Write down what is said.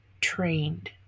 trained